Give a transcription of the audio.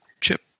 chip